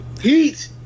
heat